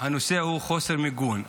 הנושא הוא חוסר מיגון.